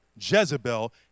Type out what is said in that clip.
Jezebel